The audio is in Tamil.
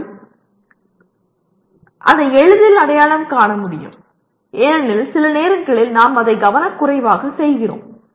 மற்றும் அதை எளிதில் அடையாளம் காண முடியும் ஏனெனில் சில நேரங்களில் நாம் அதை கவனக்குறைவாகச் செய்கிறோம்